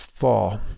fall